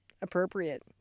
appropriate